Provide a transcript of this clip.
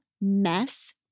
Mess